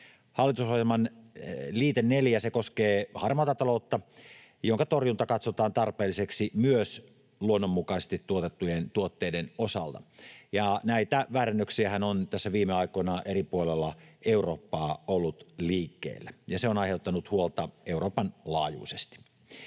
Hallitusohjelman liite 4 koskee harmaata taloutta, jonka torjunta katsotaan tarpeelliseksi myös luonnonmukaisesti tuotettujen tuotteiden osalta. Näitä väärennöksiähän on tässä viime aikoina eri puolilla Eurooppaa ollut liikkeellä, ja se on aiheuttanut huolta Euroopan laajuisesti.